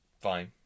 Fine